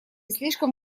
слишком